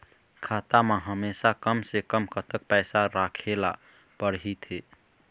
खाता मा हमेशा कम से कम कतक पैसा राखेला पड़ही थे?